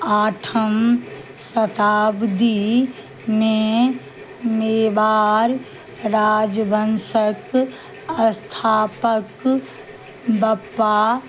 आठम शताब्दीमे मेवार राजवंशक स्थापक बप्पा